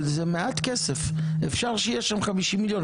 אבל זה מעט כסף, אפשר שיהיה שם 50 מיליון.